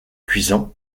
cuisant